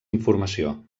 informació